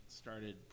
started